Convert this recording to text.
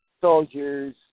soldiers